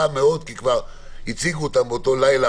מאוד כי כבר הציגו אותם באותו לילה,